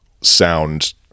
sound